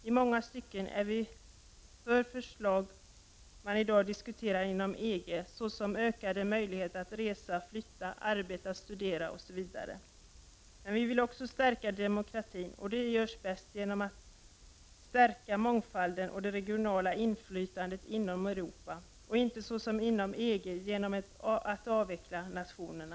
I många stycken är vi för olika förslag som diskuteras inom EG, såsom ökade möjligheter att resa, flytta, arbeta, studera osv. Men vi vill också stärka demokratin, och det görs bäst genom att vi stärker mångfalden och det regionala inflytandet inom Europa och inte såsom i EG — genom att avveckla nationerna.